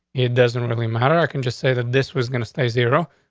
it doesn't really matter. i can just say that this was going to stay zero,